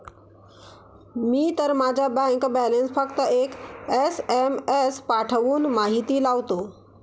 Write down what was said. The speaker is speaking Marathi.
मी तर माझा बँक बॅलन्स फक्त एक एस.एम.एस पाठवून माहिती लावतो